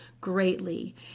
greatly